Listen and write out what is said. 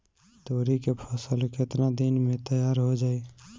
तोरी के फसल केतना दिन में तैयार हो जाई?